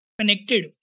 connected